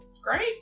Great